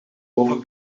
boven